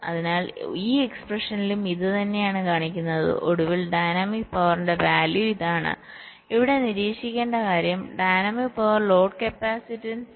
അതിനാൽ ഈ എക്സ്പ്രെഷനിലും ഇതുതന്നെയാണ് കാണിക്കുന്നത് ഒടുവിൽ ഡൈനാമിക് പവറിന്റെ വാല്യൂ ഇതാണ് ഇവിടെ നിരീക്ഷിക്കേണ്ട കാര്യം ഡൈനാമിക് പവർ ലോഡ് കപ്പാസിറ്റൻസിന് load capacitance